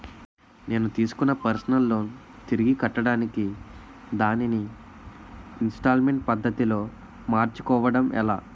నేను తిస్కున్న personal loan తిరిగి కట్టడానికి దానిని ఇంస్తాల్మేంట్ పద్ధతి లో మార్చుకోవడం ఎలా?